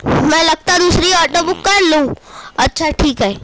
میں لگتا ہے دوسری آٹو بک کر لوں اچھا ٹھیک ہے